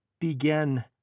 begin